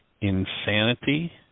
insanity